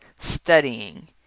studying